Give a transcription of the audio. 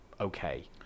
okay